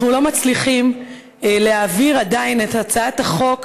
אנחנו עדיין לא מצליחים להעביר את הצעת החוק,